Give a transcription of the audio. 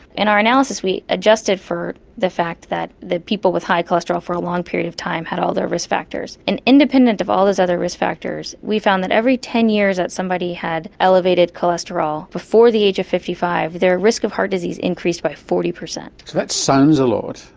in our analysis we adjusted for the fact that the people with high cholesterol for a long period of time had all their risk factors. and independent of all those other risk factors, we found that every ten years that somebody had elevated cholesterol before the age of fifty five, their risk of heart disease increased by forty percent. but that sounds a lot,